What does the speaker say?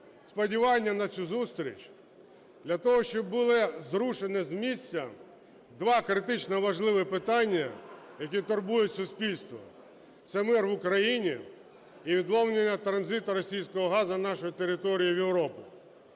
сподівання на цю зустріч для того, щоб було зрушено з місця два критично важливі питання, які турбують суспільство, це мир в Україні і відновлення транзиту російського газу нашою територією в Європу.